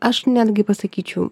aš netgi pasakyčiau